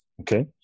Okay